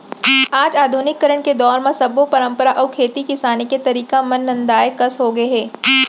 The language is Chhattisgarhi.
आज आधुनिकीकरन के दौर म सब्बो परंपरा अउ खेती किसानी के तरीका मन नंदाए कस हो गए हे